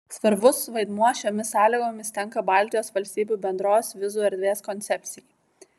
svarbus vaidmuo šiomis sąlygomis tenka baltijos valstybių bendros vizų erdvės koncepcijai